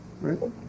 right